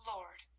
Lord